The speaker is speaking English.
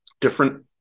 different